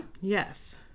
Yes